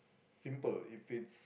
simple if it's